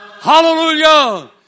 Hallelujah